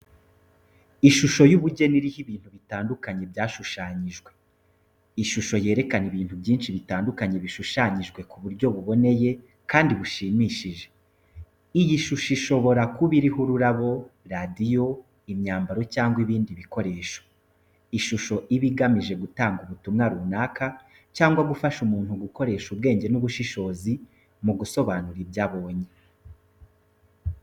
Ishusho y'ubugeni iriho ibintu bitandukanye byashushanyijwe. Ishusho yerekana ibintu byinshi bitandukanye bishushanyijwe ku buryo buboneye kandi bushimishije. Iyi shusho ishobora kuba iriho ururabo, radiyo, imyambaro cyangwa ibindi bikoresho. Ishusho iba igamije gutanga ubutumwa runaka, cyangwa gufasha umuntu gukoresha ubwenge n'ubushobozi mu gusobanura ibyo abonye.